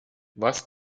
was